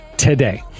Today